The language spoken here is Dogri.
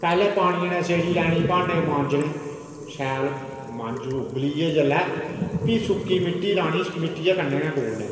पैहलें पानियै नै सेड़ी लैनी भांडे मांजने शैल मांजो उबल्ली गे जेल्लै फ्ही सुक्की मिट्टी लानी मिट्टियै कन्नै गै गोलने